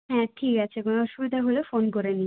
হ্যাঁ ঠিক আছে কোনো অসুবিধা হলে ফোন করে নিও